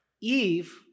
Eve